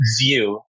view